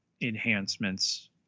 enhancements